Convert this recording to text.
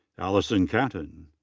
allison cattin.